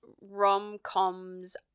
rom-coms